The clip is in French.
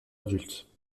adultes